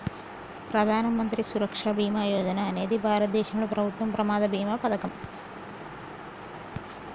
ప్రధాన మంత్రి సురక్ష బీమా యోజన అనేది భారతదేశంలో ప్రభుత్వం ప్రమాద బీమా పథకం